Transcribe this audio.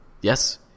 Yes